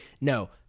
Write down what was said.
No